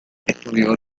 estudió